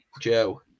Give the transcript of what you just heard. Joe